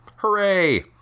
Hooray